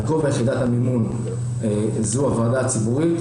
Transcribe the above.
גובה יחידת המימון זו הוועדה הציבורית,